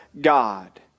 God